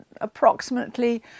approximately